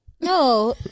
No